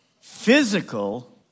physical